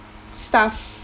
stuff